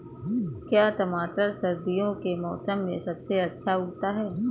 क्या टमाटर सर्दियों के मौसम में सबसे अच्छा उगता है?